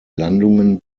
landungen